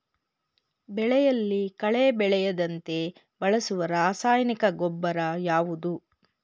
ಬೆಳೆಯಲ್ಲಿ ಕಳೆ ಬೆಳೆಯದಂತೆ ಬಳಸುವ ರಾಸಾಯನಿಕ ಗೊಬ್ಬರ ಯಾವುದು?